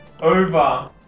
over